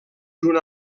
junt